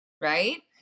right